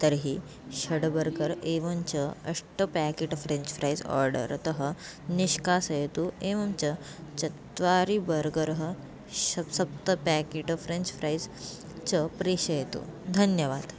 तर्हि षड् बर्गर् एवञ्च अष्ट पेकेट् फ़्रेञ्च् फ़्रैस् आर्डर्तः निष्कासयतु एवं च चत्वारि बर्गरः शप् सप्त पेकेट् फ़्रेञ्च् फ़्रैस् च प्रेषयतु धन्यवाद्